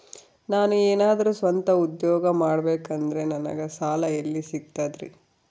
ನಾನು ಏನಾದರೂ ಸ್ವಂತ ಉದ್ಯೋಗ ಮಾಡಬೇಕಂದರೆ ನನಗ ಸಾಲ ಎಲ್ಲಿ ಸಿಗ್ತದರಿ?